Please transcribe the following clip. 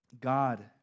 God